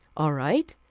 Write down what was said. all right,